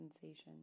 sensation